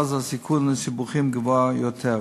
שאז הסיכון לסיבוכים גבוה יותר.